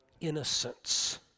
innocence